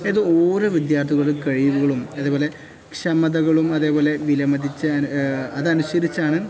ഇത് ഓരോ വിദ്യാർത്ഥികളുടെയും കഴിവുകളും അതേപോലെ ക്ഷമതകളും അതേപോലെ അതനുസരിച്ചാണ്